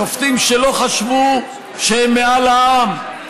שופטים שלא חשבו שהם מעל העם,